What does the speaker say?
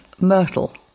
Myrtle